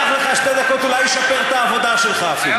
ייקח לך שתי דקות, אולי ישפר את העבודה שלך אפילו.